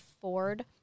Ford